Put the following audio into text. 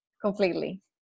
completely